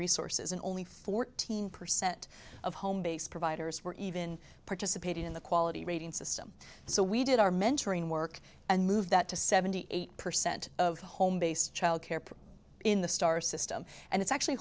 resources and only fourteen percent of home based providers were even participating in the quality rating system so we did our mentoring work and move that to seventy eight percent of home based childcare in the star system and it's actually